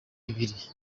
bibiri